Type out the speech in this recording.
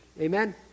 Amen